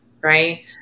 right